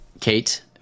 Kate